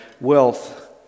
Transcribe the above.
wealth